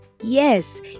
Yes